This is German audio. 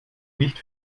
nicht